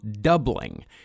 doubling